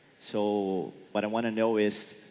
so what i want to know is,